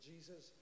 Jesus